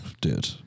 Dude